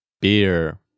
Beer